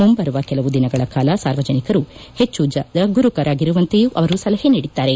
ಮುಂಬರುವ ಕೆಲವು ದಿನಗಳ ಕಾಲ ಸಾರ್ವಜನಿಕರು ಹೆಚ್ಚು ಜಾಗರೂಕರಾಗಿರುವಂತೆಯೂ ಅವರು ಸಲಹೆ ನೀಡಿದ್ದಾರೆ